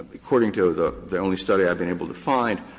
according to the the only study i've been able to find,